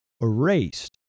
erased